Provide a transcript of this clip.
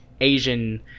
Asian